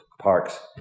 parks